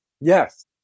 Yes